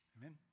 Amen